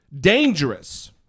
dangerous